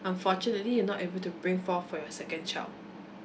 unfortunately you not able to bring forth for your second child